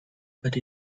but